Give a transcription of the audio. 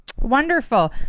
wonderful